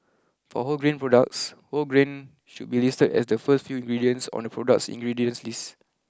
for wholegrain products whole grain should be listed as the first few ingredients on the product 's ingredients list